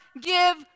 give